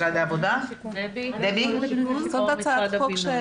גברתי היושבת ראש,